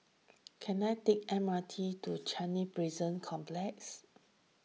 can I take M R T to Changi Prison Complex